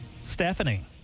Stephanie